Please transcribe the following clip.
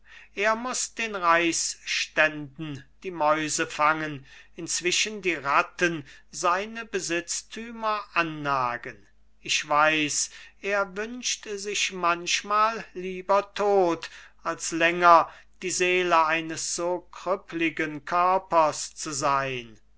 er muß den reichsständen die mäuse fangen inzwischen die ratten seine besitztümer annagen ich weiß er wünscht sich manchmal lieber tot als länger die seele eines so krüppligen körpers zu sein